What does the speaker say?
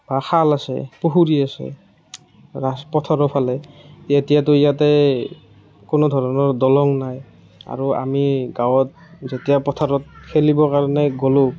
বা খাল আছে পুখুৰী আছে ৰাজপথৰ ফালে এতিয়াতো ইয়াতে কোনো ধৰণৰ দলং নাই আৰু আমি গাঁৱত যেতিয়া পথাৰত খেলিবৰ কাৰণে গ'লোঁ